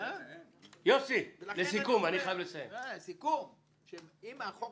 לסיכום, אם החוק